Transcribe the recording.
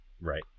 Right